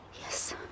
Yes